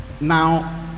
Now